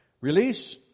Release